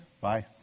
bye